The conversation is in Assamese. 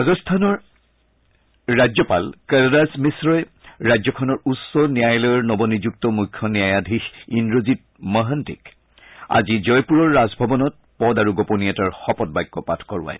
ৰাজস্থান ৰাজ্যপাল কলৰাজ মিশ্ৰই ৰাজ্যখনৰ উচ্চ ন্যায়ালয়ৰ নৱ নিযুক্ত মুখ্যন্যায়াধীশ ইন্দ্ৰজিৎ মহণ্টিক আজি জয়পুৰৰ ৰাজভৱনত পদ আৰু গোপনীয়তাৰ শপত বাক্য পাঠ কৰোৱায়